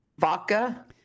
Vodka